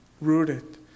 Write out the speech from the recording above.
rooted